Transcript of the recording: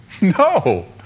No